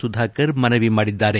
ಸುಧಾಕರ್ ಮನವಿ ಮಾಡಿದ್ದಾರೆ